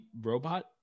robot